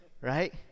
right